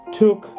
took